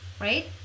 right